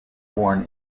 born